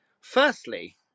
firstly